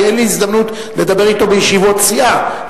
כי אין לי הזדמנות לדבר אתו בישיבות סיעה,